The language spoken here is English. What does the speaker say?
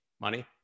money